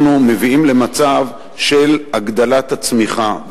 אנחנו מביאים למצב של הגדלת הצמיחה.